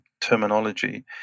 terminology